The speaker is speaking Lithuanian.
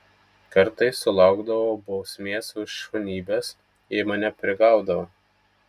kartais sulaukdavau bausmės už šunybes jei mane prigaudavo